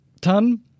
ton